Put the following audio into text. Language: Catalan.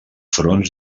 fronts